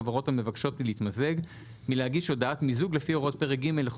לא רק כדי להגיש בקשת מיזוג ועוד 30 יום.